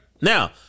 Now